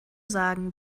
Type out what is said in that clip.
sagen